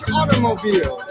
automobile